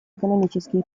экономические